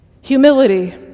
Humility